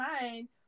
mind